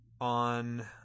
on